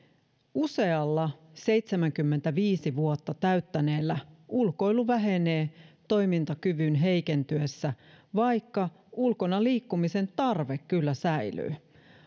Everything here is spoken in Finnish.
usealla seitsemänkymmentäviisi vuotta täyttäneellä ulkoilu vähenee toimintakyvyn heikentyessä vaikka ulkona liikkumisen tarve kyllä säilyy